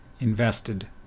invested